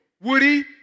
Woody